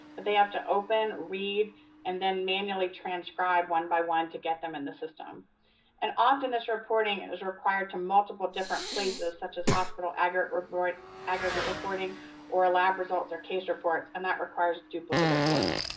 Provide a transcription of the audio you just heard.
but they have to open read and then manually transcribed one by one to get them in the system. amy gleason and often this reporting it was required to multiple different places such as hospitals aggregate report aggregate reporting or lab results or case reports and that requires duplicative work.